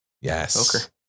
Yes